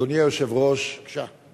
אדוני היושב-ראש, בבקשה.